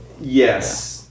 Yes